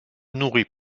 nourrit